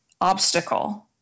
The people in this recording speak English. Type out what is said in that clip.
obstacle